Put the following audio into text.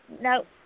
no